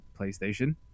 Playstation